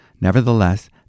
Nevertheless